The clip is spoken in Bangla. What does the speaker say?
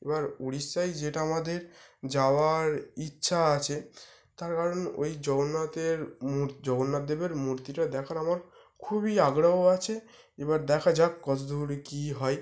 এবার উড়িষ্যায় যেটা আমাদের যাওয়ার ইচ্ছা আছে তার কারণ ওই জগন্নাথের জগন্নাথ দেবের মূর্তিটা দেখার আমার খুবই আগ্রহ আছে এবার দেখা যাক কত দূর কী হয়